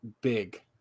big